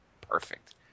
perfect